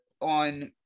on